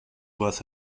worth